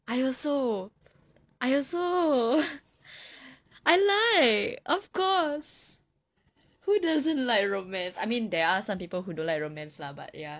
I also I also I like of course who doesn't like romance I mean there are some people who doesn't like romance lah but ya